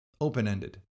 open-ended